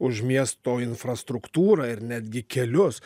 už miesto infrastruktūrą ir netgi kelius